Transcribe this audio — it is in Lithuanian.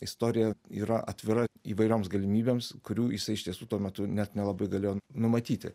istorija yra atvira įvairioms galimybėms kurių jisai iš tiesų tuo metu net nelabai galėjo numatyti